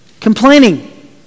Complaining